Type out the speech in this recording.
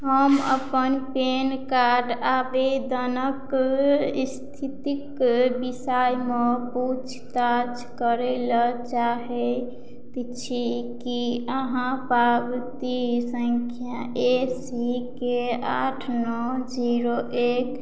हम अपन PAN card आवेदनक स्थितिक विषयमे पूछताछ करय लै चाहैत छी की अहाँ पावती सङ्ख्या ए सी के आठ नओ जीरो एक